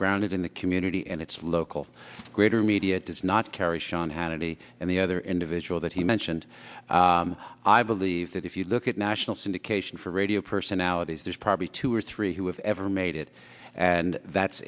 grounded in the community and its local greater media does not carry sean hannity and the other individual that he mentioned i believe that if you look at national syndication for radio personalities there's probably two or three who have ever made it and that's